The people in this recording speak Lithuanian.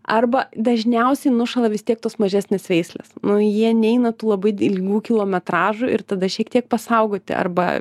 arba dažniausiai nušąla vis tiek tos mažesnės veislės nu jie neina tu labai ilgų kilometražų ir tada šiek tiek pasaugoti arba